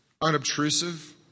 unobtrusive